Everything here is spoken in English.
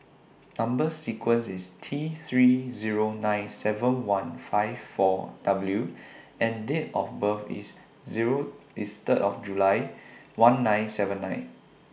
Number sequence IS T three Zero nine seven one five four W and Date of birth IS Zero IS Third of July one nine seven nine